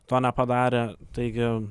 to nepadarė taigi